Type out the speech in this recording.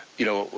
you know,